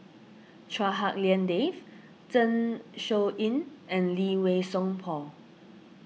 Chua Hak Lien Dave Zeng Shouyin and Lee Wei Song Paul